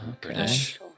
British